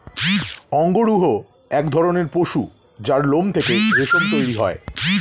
অঙ্গরূহ এক ধরণের পশু যার লোম থেকে রেশম তৈরি হয়